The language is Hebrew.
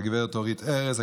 הגב' אורית ארז,